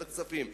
בוועדת הכספים,